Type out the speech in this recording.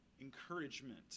encouragement